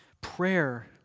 Prayer